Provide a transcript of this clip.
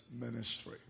ministry